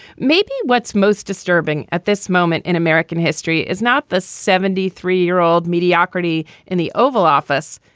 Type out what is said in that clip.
maybe what's most disturbing at this moment in american history is not the seventy three year old mediocrity in the oval office,